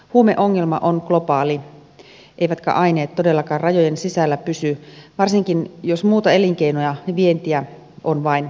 huumeongelma on globaali eivätkä aineet todellakaan rajojen sisällä pysy varsinkin jos muuta elinkeinoa ja vientiä on vain vähän